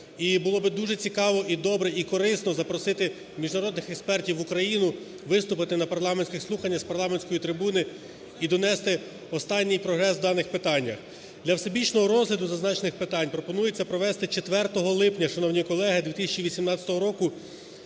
І було би дуже цікаво і добре, і корисно запросити міжнародних експертів в Україну виступити на парламентських слуханнях з парламентської трибуни і донести останній прогрес в даних питаннях. Для всебічного розгляду зазначених питань пропонується провести 4 липня, шановні колеги, 2018 року